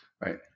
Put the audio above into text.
Right